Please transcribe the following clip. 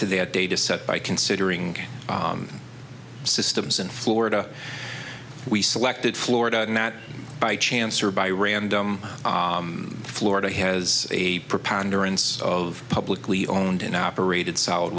to their dataset by considering systems in florida we selected florida and that by chance or by random florida has a preponderance of publicly owned and operated solid